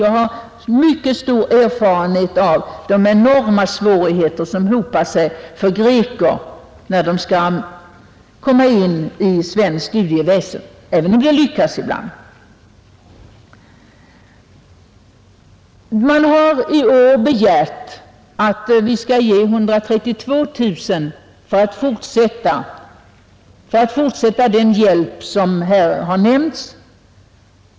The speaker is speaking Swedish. Jag har mycket stor erfarenhet av de enorma svårigheter som hopar sig för greker när de skall komma in i svenskt studieväsende — även om det lyckas ibland. Man har i år begärt att vi skall anslå 132 000 kronor för att fortsätta den hjälp som här har nämnts.